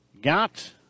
got